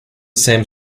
same